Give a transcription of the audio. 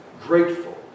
Grateful